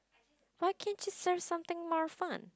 why can't you serve something more fun